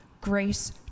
grace